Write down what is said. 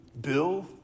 Bill